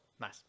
Nice